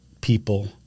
people